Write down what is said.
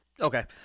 Okay